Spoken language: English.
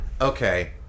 Okay